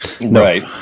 Right